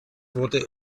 wurde